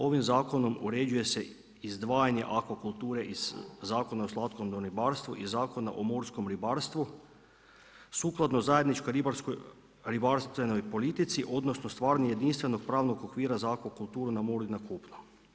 Ovim zakonom uređuje se izdvajanja akvakulture iz Zakona o slatkovodnom ribarstvu i Zakona o morskom ribarstvu sukladno zajedničkoj ribarstvenoj politici odnosno stvaranju jedinstvenog pravnog okvira za akvakulturu na moru i na kopnu.